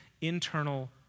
internal